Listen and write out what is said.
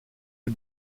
est